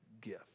gift